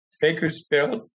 Bakersfield